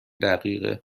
دقیقه